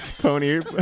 pony